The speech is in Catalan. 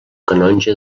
canonge